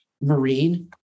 Marine